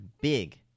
big